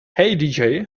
hey